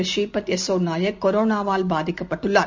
பழநீபத் யசேநாயக் கோரானாவால் பாதிக்கப்பட்டுள்ளார்